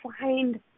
find